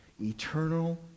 Eternal